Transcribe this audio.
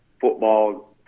football